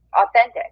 authentic